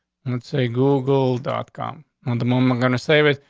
let's say google dot com when the moment going to save it.